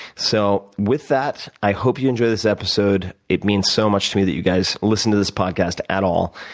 so with that, i hope you enjoy this episode. it means so much to me that you guys listen to this podcast at all.